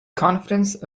conference